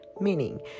meaning